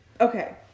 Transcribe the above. Okay